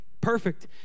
Perfect